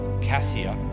cassia